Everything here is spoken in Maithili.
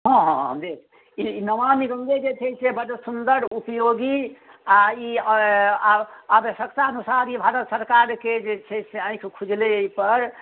हँहँ देब ई नमामि गङ्गे जे छै से बड्ड सुन्दर उपयोगी आ ई आवश्य आवश्यकतानुसार ई भारत सरकारके जे छै से आँखि खुजलै एहि पर